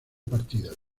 partida